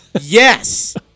yes